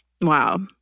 Wow